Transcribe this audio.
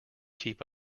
keep